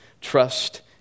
trust